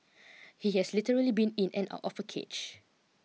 he has literally been in and out of a cage